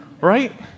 right